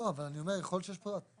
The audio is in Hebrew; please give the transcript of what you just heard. לא, אבל אני אומר, יכול להיות שיש פה טעות.